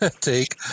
take